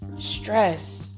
stress